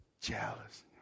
jealous